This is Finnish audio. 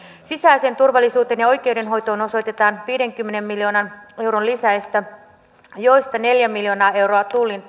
sisäiseen turvallisuuteen ja oikeudenhoitoon osoitetaan viidenkymmenen miljoonan euron lisäystä joista neljä miljoonaa euroa tullin